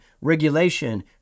regulation